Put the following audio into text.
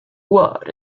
what